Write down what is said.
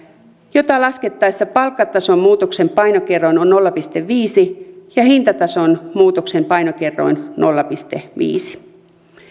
jota laskettaessa palkkatason muutoksen painokerroin on nolla pilkku viisi ja hintatason muutoksen painokerroin nolla pilkku viisi